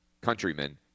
countrymen